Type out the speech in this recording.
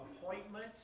appointment